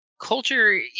Culture